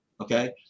okay